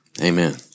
amen